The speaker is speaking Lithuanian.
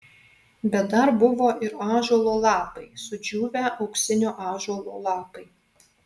bet dar buvo ir ąžuolo lapai sudžiūvę auksinio ąžuolo lapai